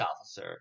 officer